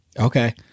Okay